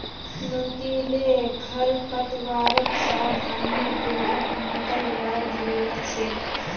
नुकीले खरपतवारक सावधानी पूर्वक निकलवार जरूरत छेक